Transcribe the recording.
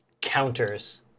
counters